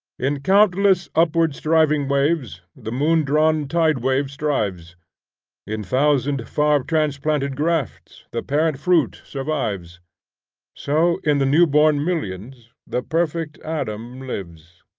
in countless upward-striving waves the moon-drawn tide-wave strives in thousand far-transplanted grafts the parent fruit survives so, in the new-born millions, the perfect adam lives.